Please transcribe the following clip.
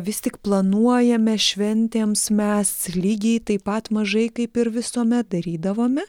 vis tik planuojame šventėms mes lygiai taip pat mažai kaip ir visuomet darydavome